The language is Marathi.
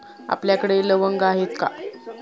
आपल्याकडे लवंगा आहेत का?